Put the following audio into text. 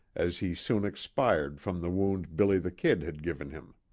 as he soon expired from the wound billy the kid had given him.